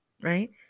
Right